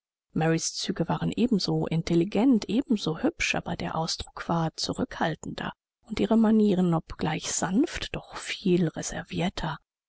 züge waren ebenso intelligent ebenso hübsch aber der ausdruck war zurückhaltender und ihre manieren obgleich sanft doch viel reservierter